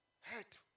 hurt